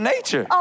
Nature